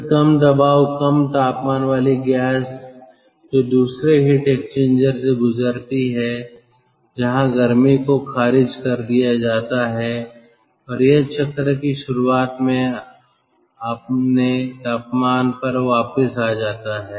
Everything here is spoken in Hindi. फिर कम दबाव कम तापमान वाली गैस जो दूसरे हीट एक्सचेंजर से गुजरती है जहां गर्मी को खारिज कर दिया जाता है और यह चक्र की शुरुआत में अपने तापमान पर वापस आ जाता है